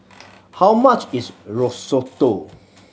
how much is Risotto